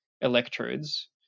electrodes